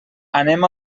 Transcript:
anem